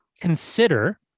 consider